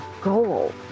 goal